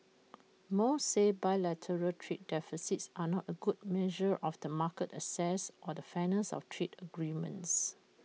most say bilateral trade deficits are not A good measure of the market access or the fairness of trade agreements